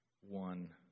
One